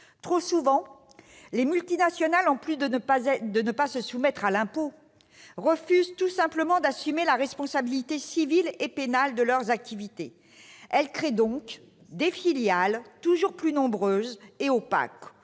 Trop souvent, les multinationales, en plus de ne pas se soumettre à l'impôt, refusent tout simplement d'assumer la responsabilité civile et pénale de leurs activités. Elles créent donc des filiales toujours plus nombreuses et opaques,